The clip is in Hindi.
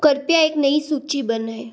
कृपया एक नई सूचि बनाएँ